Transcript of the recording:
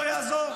לא יעזור,